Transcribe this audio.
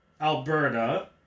Alberta